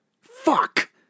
Fuck